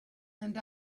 and